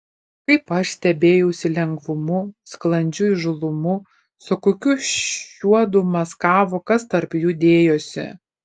kaip aš stebėjausi lengvumu sklandžiu įžūlumu su kokiu šiuodu maskavo kas tarp jų dėjosi